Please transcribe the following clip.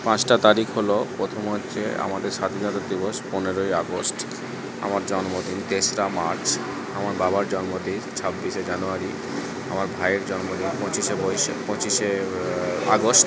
পাঁচটা তারিখ হলো প্রথম হচ্ছে আমাদের স্বাধীনতা দিবস পনেরোই আগস্ট আমার জন্মদিন তেসরা মার্চ আমার বাবার জন্মদিন ছাব্বিশে জানুয়ারি আমার ভাইয়ের জন্মদিন পঁচিশে বৈশাখ পঁচিশে আগস্ট